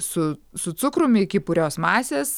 su su cukrum iki purios masės